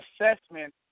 assessment